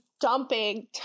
dumping